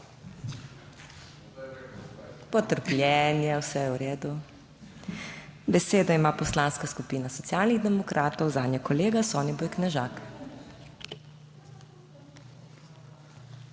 Potrpljenje, vse je v redu. Besedo ima Poslanska skupina Socialnih demokratov, zanjo kolega Soniboj Knežak.